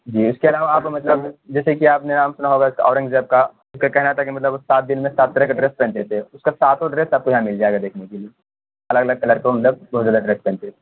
جی اس کے علاوہ آپ مطلب جیسے کہ آپ نے نام سنا ہوگا اورنگ زیب کا اس کا کہنا تھا کہ مطلب سات دن میں سات طرح کے ڈریس پہنتے تھے اس کا ساتوں ڈریس آپ کو یہاں مل جائے گا دیکھنے کے لیے الگ الگ کلر کو مطلب بہت زیادہ ڈریس پہنتے تھے